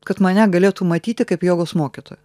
kad mane galėtų matyti kaip jogos mokytoją